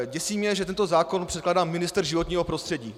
Děsí mě, že tento zákon předkládá ministr životního prostředí.